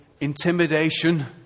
intimidation